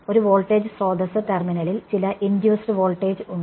ഒരു വോൾട്ടേജ് സ്രോതസ്സ് ടെർമിനലിൽ ചില ഇൻഡ്യൂസ്ഡ് വോൾട്ടേജ് ഉണ്ട്